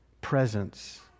presence